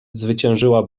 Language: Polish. zwyciężyła